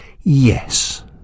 yes